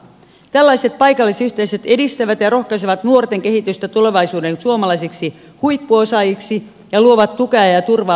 tällaiset paikallisyhteisöt edistävät ja rohkaisevat nuorten kehitystä tulevaisuuden suomalaisiksi huippuosaajiksi ja luovat tukea ja turvaa vanhusten arkeen